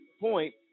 point